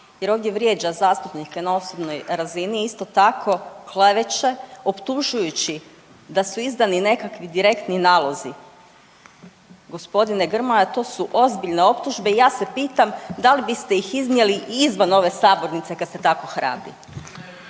jer ovdje vrijeđa zastupnike na osobnoj razini. Isto tako kleveće optužujući da su izdani nekakvi direktni nalozi. Gospodine Grmoja to su ozbiljne optužbe i ja se pitam da li biste ih iznijeli i izvan ove sabornice kad ste tako hrabri.